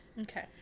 Okay